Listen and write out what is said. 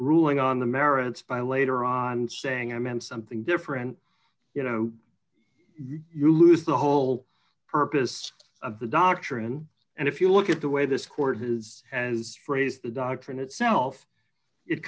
ruling on the merits by later on saying i meant something different you know you lose the whole purpose of the doctrine and if you look at the way this court has has phrased the doctrine itself it